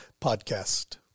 podcast